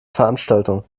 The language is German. veranstaltung